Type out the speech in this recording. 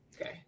Okay